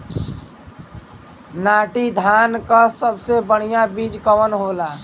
नाटी धान क सबसे बढ़िया बीज कवन होला?